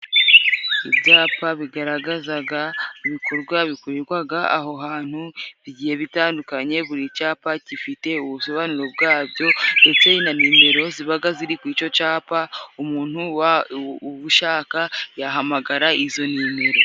Ibyapa bigaragazaga ibikorwa bikorerwa aho hantu bigiye bitandukanye, buri cyapa gifite ubusobanuro bwabyo, ndetse na numero ziba ziri kuri icyo cyapa, umuntu Ubushaka yahamagara izo nimero.